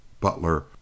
butler